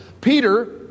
Peter